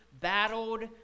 battled